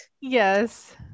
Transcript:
Yes